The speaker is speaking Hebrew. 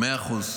מאה אחוז.